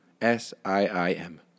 S-I-I-M